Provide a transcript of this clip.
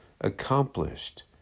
accomplished